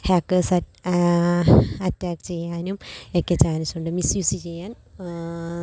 hackers attack ചെയ്യാനും ഒക്കെ ചാൻസുണ്ട് മിസ്യൂസ് ചെയ്യാൻ